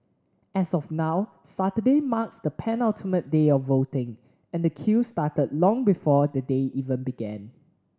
as of now Saturday marks the penultimate day of voting and the queue started long before the day even began